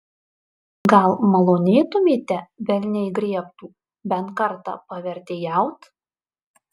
gal malonėtumėte velniai griebtų bent kartą pavertėjaut